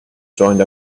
joined